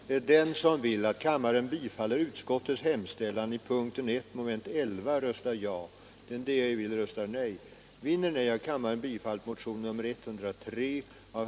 den det ej vill röstar nej. den det ej vill röstar nej. den det ej vill röstar nej. den det ej vill röstar nej. den det ej vill röstar nej. den det ej vill röstar nej. den det ej vill röstar nej.